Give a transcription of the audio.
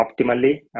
optimally